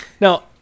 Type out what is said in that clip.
now